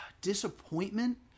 disappointment